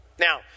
Now